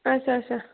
اچھا اچھا